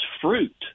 fruit